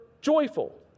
joyful